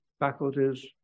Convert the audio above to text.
faculties